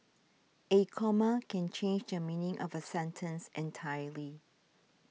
a comma can change the meaning of a sentence entirely